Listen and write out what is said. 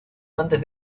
antes